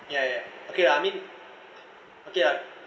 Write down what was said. ya ya okay lah I mean okay lah